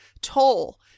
toll